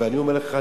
ואני אומר לך,